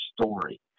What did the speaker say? story